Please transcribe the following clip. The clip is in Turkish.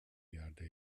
yerde